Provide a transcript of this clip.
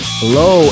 hello